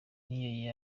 niyo